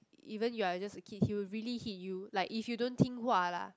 even you are just a kid he will really hit you like if you don't 听话 lah